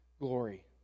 glory